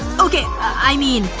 ok, i mean.